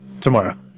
tomorrow